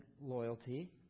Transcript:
loyalty